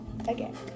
Again